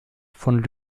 von